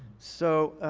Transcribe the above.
so